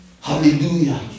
Hallelujah